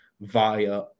via